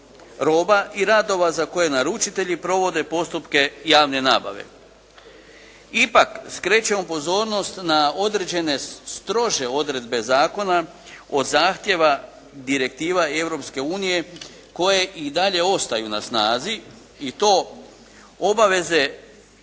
i radova za koje naručitelji provode postupke javne nabave. Ipak skrećemo pozornost na određene strože odredbe zakona od zahtjeva direktiva Europske unije koje i dalje ostaju na snazi i to obaveze